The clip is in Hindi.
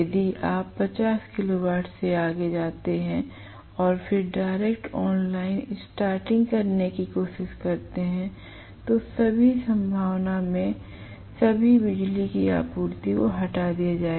यदि आप 50 किलो वाट से आगे जाते हैं और फिर डायरेक्ट ऑनलाइन स्टार्टिंग करने की कोशिश करते हैं तो सभी संभावना में सभी बिजली की आपूर्ति को हटा दिया जाएगा